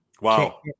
Wow